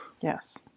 Yes